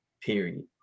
period